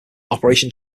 operation